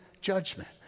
judgment